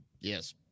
Yes